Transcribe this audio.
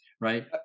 right